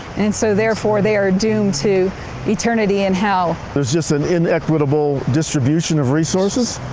and so therefore they are doomed to eternity in hell. there's just an inequitable distribution of resources